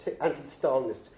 anti-Stalinist